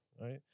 right